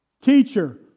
Teacher